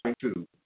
two